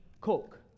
Coke